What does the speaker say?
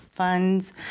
funds